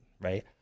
right